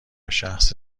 شخص